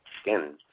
skin